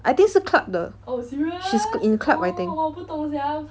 I think 是 club 的 she's in club I I think